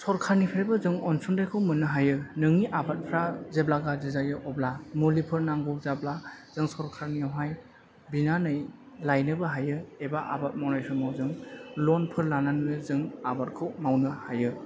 सरखारनिफ्रायबो जों अनसुंथाइखौ मोननो हायो नोंनि आबादफ्रा जेब्ला गाज्रि जायो अब्ला मुलिफोर नांगौ जाब्ला जों सरखारनियावहाय बिनानै लायनोबो हायो एबा आबाद मावनाय समाव जों लनफोर लानानै जों आबादखौ मावनो हायो